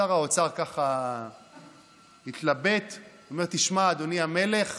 שר האוצר התלבט ואמר: תשמע, אדוני המלך,